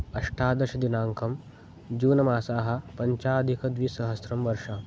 अष्टादशदिनाङ्कः जून मासस्य पञ्चाधिकद्विसहस्रतमः वर्षः